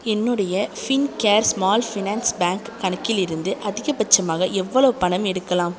என்னுடைய Fincare small finance bank கணக்கிலிருந்து அதிகபட்சமாக எவ்வளோவு பணம் எடுக்கலாம்